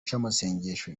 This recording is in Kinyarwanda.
cy’amasengesho